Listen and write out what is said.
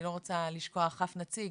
אני לא רוצה לשכוח אף נציג,